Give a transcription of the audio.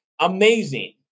Amazing